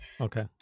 okay